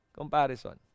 Comparison